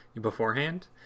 beforehand